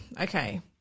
okay